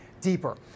deeper